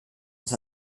des